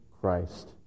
Christ